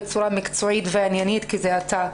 בצורה מקצועית ועניינית כי זה אתה.